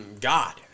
God